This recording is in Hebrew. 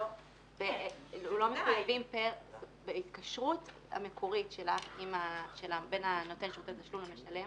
לא מחויבים בהתקשרות המקורית בין נותן שירותי תשלום למשלם.